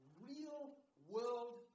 real-world